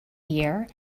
year